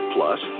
Plus